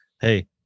hey